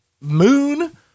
moon